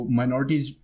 minorities